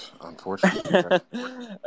unfortunately